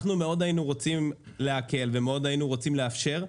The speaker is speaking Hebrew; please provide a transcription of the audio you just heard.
מאוד היינו רוצים להקל ומאוד היינו רוצים לאפשר,